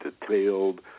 detailed